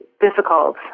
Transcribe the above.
difficult